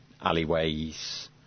alleyways